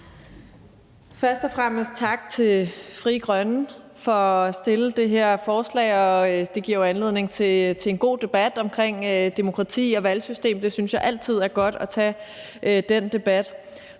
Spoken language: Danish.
Først og fremmest tak til Frie Grønne for at fremsætte det her forslag. Det giver jo anledning til en god debat om demokrati og valgsystemer, og jeg synes altid, det er godt at tage den debat.